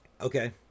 Okay